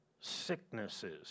sicknesses